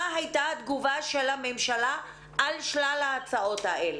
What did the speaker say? היתה התגובה של הממשלה על שלל ההצעות האלה?